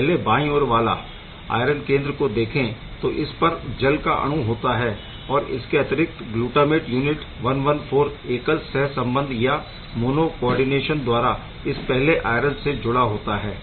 पहले बायें ओर वाला आयरन केंद्र को देखें तो इस पर जल का अणु होता है और इसके अतिरिक्त ग्लूटामेट यूनिट 114 एकल सह संबंध या मोनो कोऑर्डीनेशन द्वारा इस पहले आयरन से जुड़ा होता है